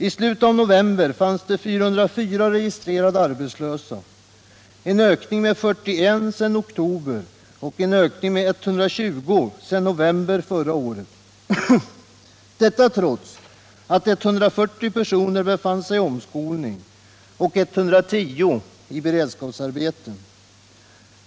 I slutet av november fanns det 404 registrerade arbetslösa, en ökning med 41 sedan oktober och en ökning med 120 sedan november förra året, detta trots att 140 personer befann sig i omskolning och 110 i beredskapsarbeten.